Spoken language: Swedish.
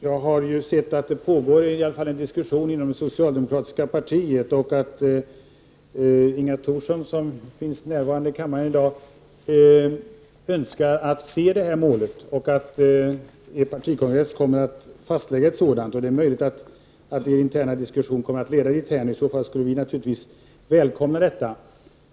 Jag har sett att det pågår en diskussion inom det socialdemokratiska partiet, och jag vet att Inga Thorsson, som finns närvarande i kammaren i dag, önskar att detta mål förverkligas och att er partikongress kommer att fastlägga ett sådant mål. Det är möjligt att er interna diskussion kommer att leda dithän. I så fall skulle vi naturligtvis välkomna detta.